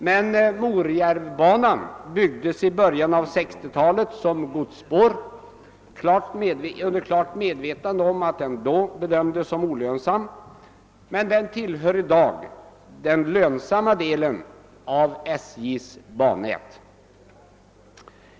Man byggde sedan Morjärvbanan i början av 1960-talet som godsspår i klart medvetande om att den bedömdes bli olönsam, men den tillhör i dag den lönsamma delen av SJ:s bannät.